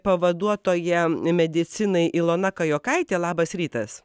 pavaduotoja medicinai ilona kajokaitė labas rytas